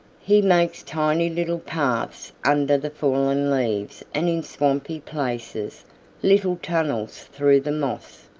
he makes tiny little paths under the fallen leaves and in swampy places little tunnels through the moss.